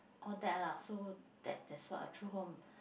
all that lah so that that's what a true home